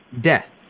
death